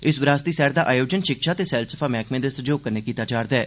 इस विरासती सैर दा आयोजन शिक्षा ते सैलसफा मैहकर्मे दे सैहयोग कन्नै कीता जा' रदा ऐ